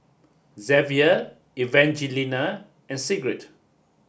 Zavier Evangelina and Sigrid